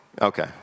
Okay